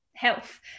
health